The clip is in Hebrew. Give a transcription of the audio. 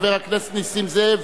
חבר הכנסת נסים זאב,